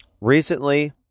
Recently